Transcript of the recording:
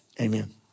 amen